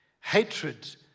hatred